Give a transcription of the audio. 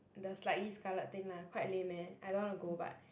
the slightly scarlet thing lah quite lame eh I don't want to go but